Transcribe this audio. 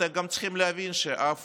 אתם גם צריכים להבין שאף